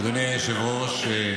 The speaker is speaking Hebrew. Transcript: אדוני היושב-ראש,